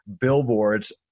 billboards